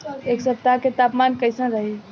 एह सप्ताह के तापमान कईसन रही?